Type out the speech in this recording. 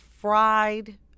fried